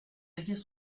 derrière